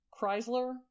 Chrysler